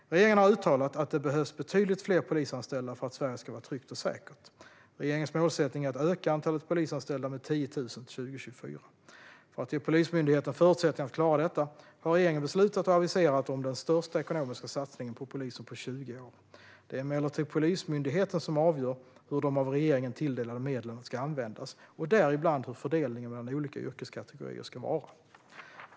Regeringen har uttalat att det behövs betydligt fler polisanställda för att Sverige ska vara tryggt och säkert. Regeringens målsättning är att öka antalet polisanställda med 10 000 till 2024. För att ge Polismyndigheten förutsättningar att klara detta har regeringen beslutat och aviserat den största ekonomiska satsningen på polisen på 20 år. Det är emellertid Polismyndigheten som avgör hur de av regeringen tilldelade medlen ska användas, däribland hur fördelningen mellan olika yrkeskategorier ska vara.